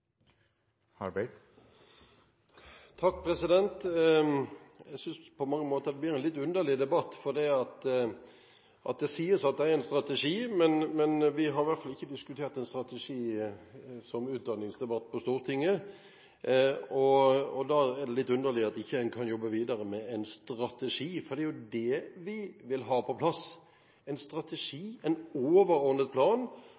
en strategi, men vi har i hvert fall ikke diskutert en strategi i en utdanningsdebatt på Stortinget. Da er det litt underlig at en ikke kan jobbe videre med en strategi, for det er jo det vi vil ha på plass: en strategi, en overordnet plan